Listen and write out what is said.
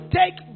take